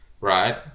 right